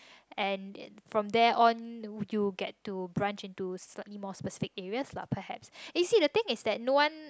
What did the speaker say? and from there on you get to branch into slightly more specific areas lah perhaps and you see the thing is that no one